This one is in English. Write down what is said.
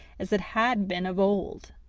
as it had been of old.